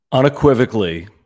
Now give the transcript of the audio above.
Unequivocally